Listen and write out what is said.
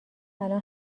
الان